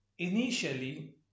initially